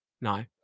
No